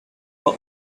are